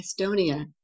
Estonia